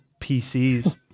PCs